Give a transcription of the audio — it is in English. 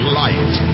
light